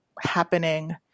happening